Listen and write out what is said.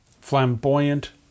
flamboyant